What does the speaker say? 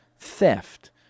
theft